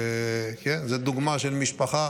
כן, זו דוגמה של משפחה